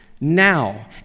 now